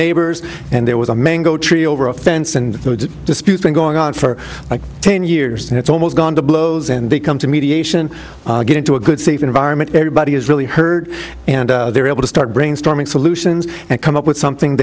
neighbors and there was a mango over a fence and disputes been going on for ten years and it's almost gone to blows and they come to mediation get into a good safe environment everybody has really heard and they're able to start brainstorming solutions and come up with something